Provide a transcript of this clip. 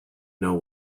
know